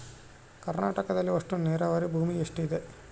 ಕರ್ನಾಟಕದಲ್ಲಿ ಒಟ್ಟು ನೇರಾವರಿ ಭೂಮಿ ಎಷ್ಟು ಇದೆ?